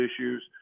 issues